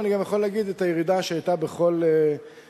ואני גם יכול להגיד את הירידה שהיתה בכל שנה.